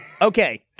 Okay